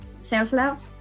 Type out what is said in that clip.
self-love